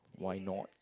why not